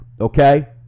Okay